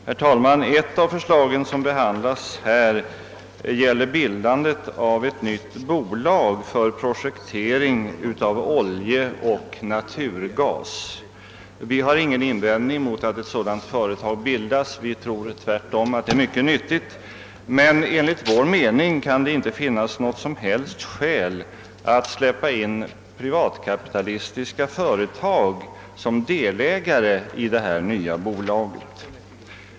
Herr talman! Ett av de förslag som behandlas i statsutskottets utlåtande nr 86 gäller bildandet av ett nytt bolag för prospektering efter olja och naturgas. Vi har ingen invändning mot att ett sådant företag bildas — vi tror tvärtom att det är mycket nyttigt — men enligt vår mening kan det inte finnas något som helst skäl att släppa in privatkapitalistiska företag som delägare i detta nya bolag.